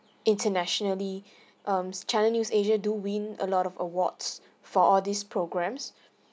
internationally um s~ channel news asia do when a lot of awards for all these programs